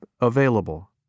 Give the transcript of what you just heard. Available